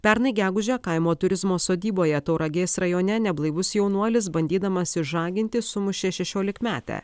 pernai gegužę kaimo turizmo sodyboje tauragės rajone neblaivus jaunuolis bandydamas išžaginti sumušė šešiolikmetę